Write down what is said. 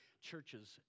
churches